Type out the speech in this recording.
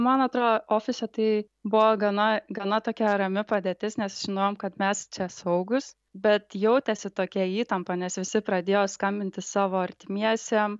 man atrodo ofise tai buvo gana gana tokia rami padėtis nes žinojome kad mes čia saugūs bet jautėsi tokia įtampa nes visi pradėjo skambinti savo artimiesiem